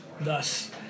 Thus